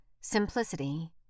simplicity